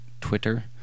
Twitter